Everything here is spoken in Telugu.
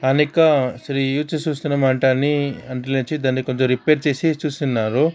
అనిక శ్రీ ఇచ్చి చూసినమంటే అన్నీ అంటిలోంచి దాన్ని కొంచెం రిపేర్ చేసి చూసున్నారు